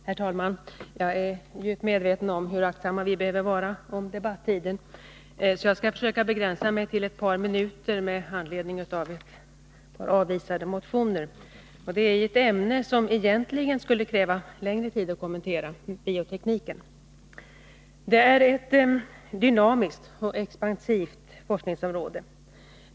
Herr talman! Jag är djupt medveten om hur aktsamma vi behöver vara om debattiden, så jag skall försöka begränsa mitt anförande till några få minuter. Det gäller ett par avvisade motioner i ett ämne som egentligen skulle kräva längre tid att kommentera, biotekniken. Biotekniken är ett dynamiskt och expansivt forskningsområde.